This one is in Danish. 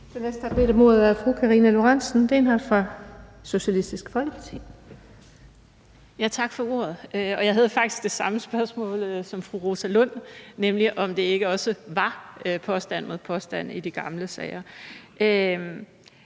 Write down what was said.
Karina Lorentzen Dehnhardt (SF): Tak for ordet. Jeg havde faktisk det samme spørgsmål som fru Rosa Lund, nemlig om det ikke også var påstand mod påstand i de gamle sager.